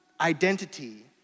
identity